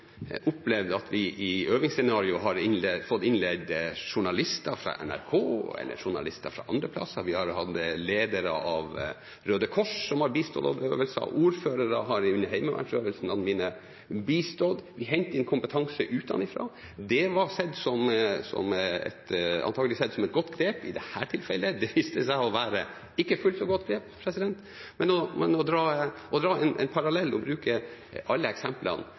Jeg har fra jeg øvde under førstegangstjenesten, opplevd at vi i øvingsscenarioer har fått innleid journalister fra NRK, eller journalister fra andre steder, vi har hatt ledere i Røde Kors som har bistått ved øvelser, ordførere har under heimevernsøvelsene mine bistått – vi henter inn kompetanse utenfra. Det blir antakelig sett på som et godt grep, men i dette tilfellet viste det seg ikke å være et fullt så godt grep. Men å dra en parallell og bruke